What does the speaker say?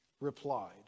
replied